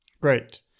Great